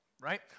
right